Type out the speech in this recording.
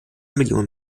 million